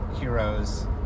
heroes